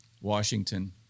Washington